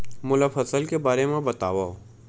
मोला फसल के बारे म बतावव?